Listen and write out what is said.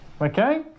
Okay